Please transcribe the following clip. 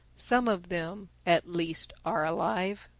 some of them at least are alive!